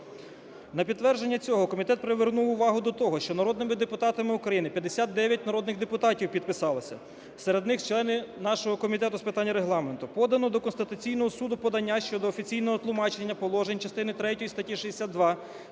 На підтвердження цього комітет привернув увагу до того, що народними депутатами України, 59 народних депутатів підписалися, серед них члени нашого Комітету з питань Регламенту, подано до Конституційного Суду подання щодо офіційного тлумачення положень частини третьої статі 62,